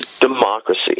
democracy